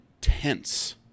tense